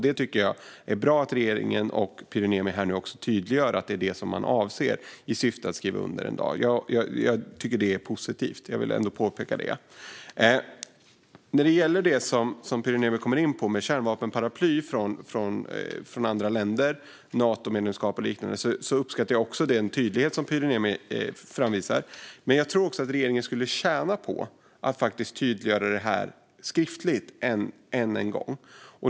Det är bra att regeringen och också Pyry Niemi här nu tydliggör att syftet är att en dag skriva under. Jag tycker att det är positivt. Jag vill ändå påpeka det. När det gäller det Pyry Niemi kommer in på med kärnvapenparaply från andra länder, Natomedlemskap och liknande, uppskattar jag den tydlighet som Pyry Niemi framvisar. Men jag tror att regeringen skulle tjäna på att tydliggöra det skriftligt ännu en gång.